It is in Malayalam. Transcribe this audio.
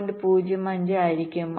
05 ആയിരിക്കും